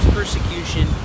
persecution